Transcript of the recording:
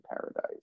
paradise